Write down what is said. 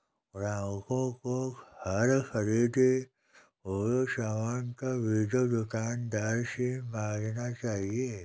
ग्राहकों को हर ख़रीदे हुए सामान का बीजक दुकानदार से मांगना चाहिए